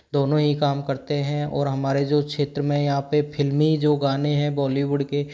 दोनों ही काम करते हैं और हमारे जो क्षेत्र में यहाँ पे फ़िल्मी जो गाने हैं बॉलीवुड के